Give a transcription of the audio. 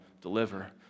deliver